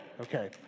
Okay